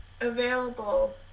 available